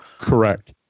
Correct